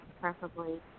preferably